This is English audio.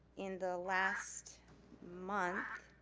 in the last month,